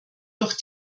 durch